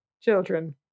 children